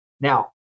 Now